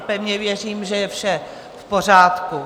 Pevně věřím, že je vše v pořádku.